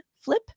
flip